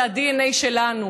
זה הדנ"א שלנו,